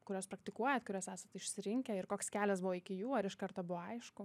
kuriuos praktikuojat kuriuos esat išsirinkę ir koks kelias buvo iki jų ar iš karto buvo aišku